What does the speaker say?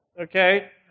Okay